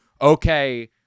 okay